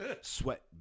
Sweat